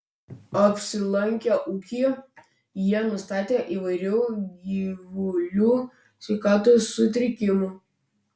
apsilankę ūkyje jie nustatė įvairių gyvulių sveikatos sutrikimų